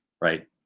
right